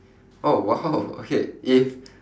oh !wow! okay if